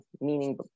meaning